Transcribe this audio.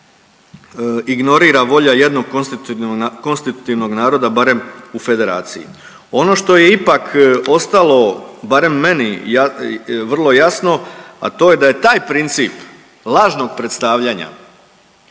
ignorira volja jednog konstitutivnog naroda barem u Federaciji. Ono što je ipak ostalo barem meni vrlo jasno, a to je da je taj princip lažnog predstavljanja